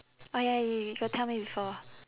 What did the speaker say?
oh ya you you got tell me before